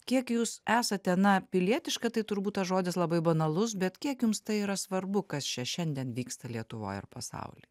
kiek jūs esate na pilietiška tai turbūt tas žodis labai banalus bet kiek jums tai yra svarbu kas čia šiandien vyksta lietuvoj ar pasauly